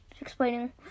explaining